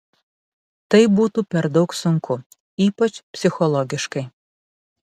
tai būtų per daug sunku ypač psichologiškai